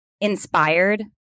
inspired